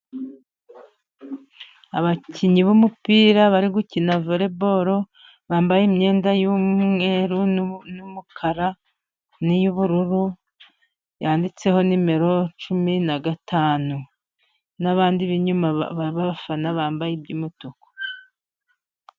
Abakinnyi b'umupira bari gukina voreboro, bambaye imyenda y'umweru n'umukara niy'ubururu yanditseho nimero cumi na gatanu, n'abandi b'inyuma b'abafana bambaye iby'umutuku.